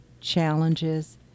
challenges